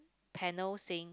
panel saying